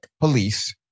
Police